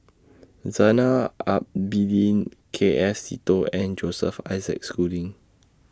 Zainal Abidin K S Seetoh and Joseph Isaac Schooling